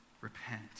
repent